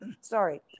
Sorry